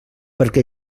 perquè